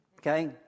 okay